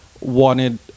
wanted